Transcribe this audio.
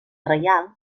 reial